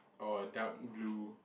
oh a dark blue